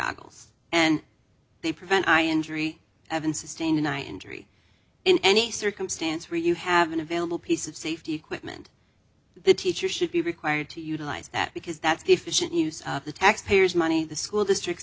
goals and they prevent eye injury evan sustained an eye injury in any circumstance where you have an available piece of safety equipment the teacher should be required to utilize that because that's deficient use of the taxpayers money the school districts